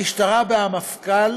את המשטרה בלי המפכ"ל